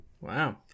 wow